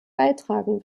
beitragen